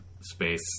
space